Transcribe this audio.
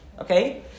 Okay